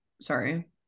sorry